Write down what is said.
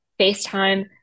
FaceTime